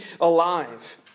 alive